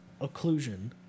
occlusion